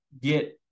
get